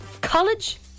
college